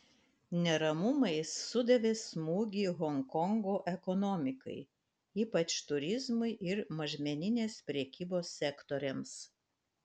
neramumai sudavė smūgį honkongo ekonomikai ypač turizmui ir mažmeninės prekybos sektoriams